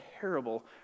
terrible